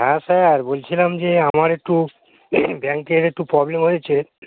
হ্যাঁ স্যার বলছিলাম যে আমার একটু ব্যাংকের একটু প্রবলেম হয়েছে